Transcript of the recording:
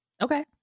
okay